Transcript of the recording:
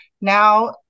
now